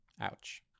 ouch